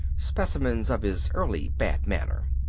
specimens of his early bad manner.